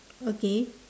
okay